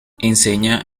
enseña